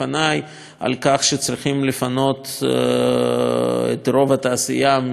על כך שצריכים לפנות את רוב התעשייה ממפרץ חיפה.